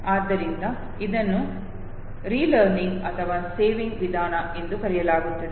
ಆದ್ದರಿಂದ ಇದನ್ನು ರೀಲರ್ನಿಂಗ್ ಅಥವಾ ಸೇವಿಂಗ್ವಿಧಾನ ಎಂದು ಕರೆಯಲಾಗುತ್ತದೆ